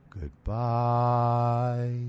Goodbye